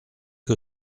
que